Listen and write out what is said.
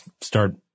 start